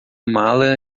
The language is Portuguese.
mala